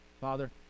Father